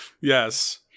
Yes